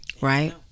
Right